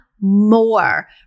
more